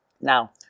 Now